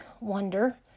wonder